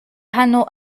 hano